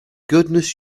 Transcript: goodness